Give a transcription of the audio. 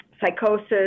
psychosis